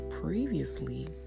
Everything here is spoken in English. previously